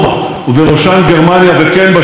יזמות וטכנולוגיות ומנהלות.